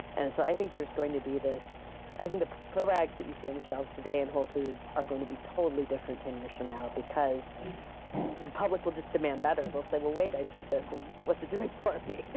and so i think there's going to be this i think the probiotics that you see on the shelves today in whole foods are going to be totally different ten years from now because the public will demand better. they'll say, wait. i took this. and what's it doing for me?